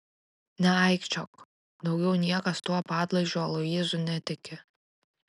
neaikčiok daugiau niekas tuo padlaižiu aloyzu netiki